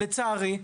לצערי,